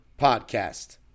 podcast